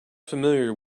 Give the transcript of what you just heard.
familiar